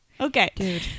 okay